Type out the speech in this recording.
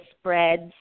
spreads